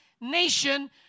nation